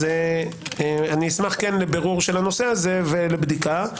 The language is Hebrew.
אשמח לבירור הנושא הזה ולבדיקה,